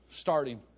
Starting